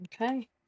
Okay